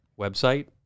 website